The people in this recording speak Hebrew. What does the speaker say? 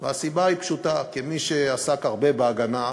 והסיבה היא פשוטה, כמי שעסק הרבה בהגנה,